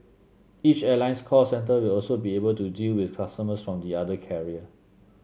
each airline's call centre will also be able to deal with customers from the other carrier